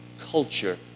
culture